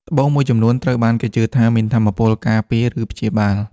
ត្បូងមួយចំនួនត្រូវបានគេជឿថាមានថាមពលការពារ ឬព្យាបាល។